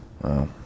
Wow